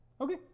Okay